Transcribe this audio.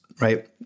right